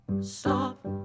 Stop